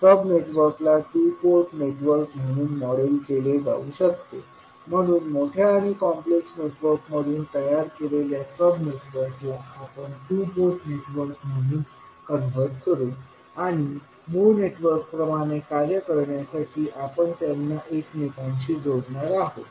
सब नेटवर्क्सला two port network म्हणून model केले जाऊ शकते म्हणून मोठ्या आणि कॉम्प्लेक्स नेटवर्कमधून तयार केलेल्या सब नेटवर्कला आपण टू पोर्ट नेटवर्क म्हणून कन्व्हर्ट करू आणि मूळ नेटवर्क प्रमाणे कार्य करण्यासाठी आपण त्यांना एकमेकांशी जोडणार आहोत